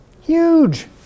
Huge